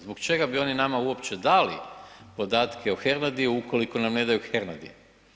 Zbog čega bi oni nama uopće dali podatke o Hernadiju ukoliko nam ne daju Hernadija.